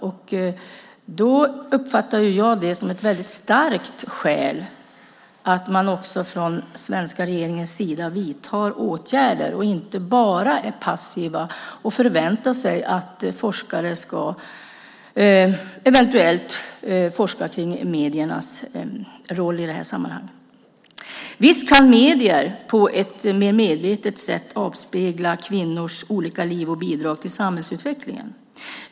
Jag uppfattar det som ett väldigt starkt skäl till att från svenska regeringens sida vidta åtgärder och inte bara vara passiv och förvänta sig att forskare eventuellt ska forska om mediernas roll i sammanhanget. Visst kan medier på ett mer medvetet sätt avspegla kvinnors olika liv och bidrag till samhällsutvecklingen?